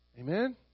Amen